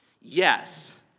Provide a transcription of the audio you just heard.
Yes